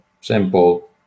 simple